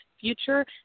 future